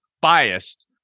biased